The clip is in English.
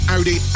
Audi